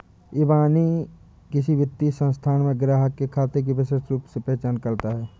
इबानी किसी वित्तीय संस्थान में ग्राहक के खाते की विशिष्ट रूप से पहचान करता है